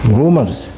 rumors